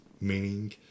meaning